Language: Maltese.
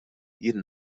jien